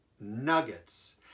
nuggets